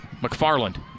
McFarland